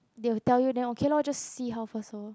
they will tell you then okay lor just see how first orh